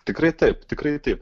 tikrai taip tikrai taip